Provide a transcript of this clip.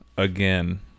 Again